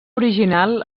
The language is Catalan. original